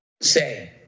say